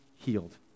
healed